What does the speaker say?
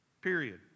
Period